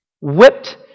whipped